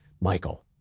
Michael